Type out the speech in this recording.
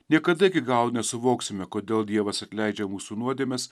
niekada iki galo nesuvoksime kodėl dievas atleidžia mūsų nuodėmes